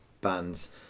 bands